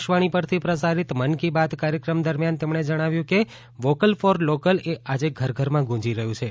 આકાશવાણી પરથી પ્રસારિત મન કી બાત કાર્યક્રમ દરમિયાન તેમણે જણાવ્યું કે વોકલ ફોર લોકલ એ આજે ઘર ઘરમાં ગૂંજી રહ્યું છે